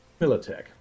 Militech